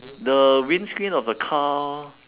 the windscreen of the car